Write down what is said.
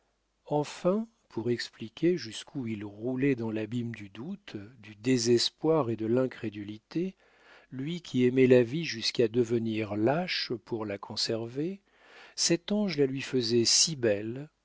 enfin pour expliquer jusqu'où il roulait dans l'abîme du doute du désespoir et de l'incrédulité lui qui aimait la vie jusqu'à devenir lâche pour la conserver cet ange la lui faisait si belle